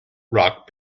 rock